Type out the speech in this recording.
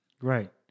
Right